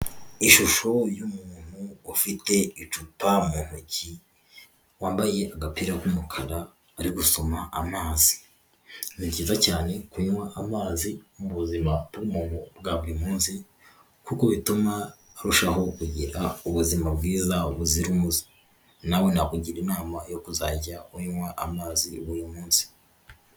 Ishusho y'umuntu ufite icupa mu ntoki, wambaye agapira k'umukara ari gusoma amazi. Ni byiza cyane kunywa amazi mu buzima bw'umuntu bwa buri munsi, kuko bituma arushaho kugira ubuzima bwiza buzira umuze. Nawe nakugira inama yo kuzajya unywa amazi buri munsi.